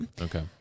Okay